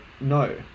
No